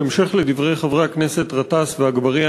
בהמשך לדברי חברי הכנסת גטאס ואגבאריה,